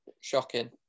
Shocking